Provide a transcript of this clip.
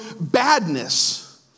badness